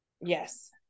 yes